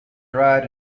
dried